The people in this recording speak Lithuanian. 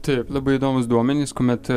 taip labai įdomūs duomenys kuomet